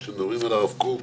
כמו הרב קוק,